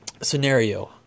Scenario